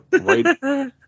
right